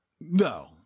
No